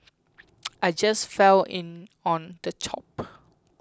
I just fell in on the top